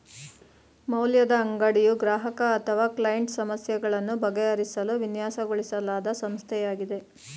ಮೌಲ್ಯದ ಅಂಗಡಿಯು ಗ್ರಾಹಕ ಅಥವಾ ಕ್ಲೈಂಟ್ ಸಮಸ್ಯೆಗಳನ್ನು ಬಗೆಹರಿಸಲು ವಿನ್ಯಾಸಗೊಳಿಸಲಾದ ಸಂಸ್ಥೆಯಾಗಿದೆ